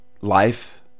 life